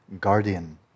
guardian